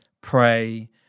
pray